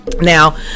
now